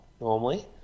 normally